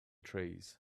trees